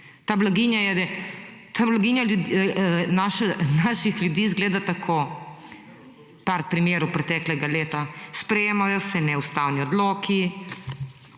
Ta blaginja naših ljudi izgleda tako par primerov preteklega leta: sprejemajo se neustavni odloki,